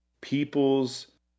people's